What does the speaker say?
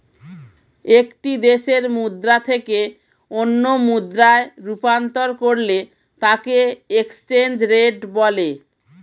একটি দেশের মুদ্রা থেকে অন্য মুদ্রায় রূপান্তর করলে তাকেএক্সচেঞ্জ রেট বলে